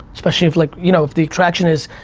especially if like, you know if the attraction is,